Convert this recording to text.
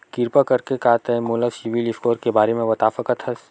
किरपा करके का तै मोला सीबिल स्कोर के बारे माँ बता सकथस?